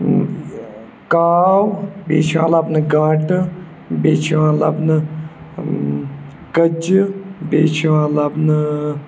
کاو بیٚیہِ چھِ یِوان لَبنہٕ گانٹہٕ بیٚیہِ چھِ یِوان لَبنہٕ کٔتجہِ بیٚیہِ چھِ یِوان لَبنہٕ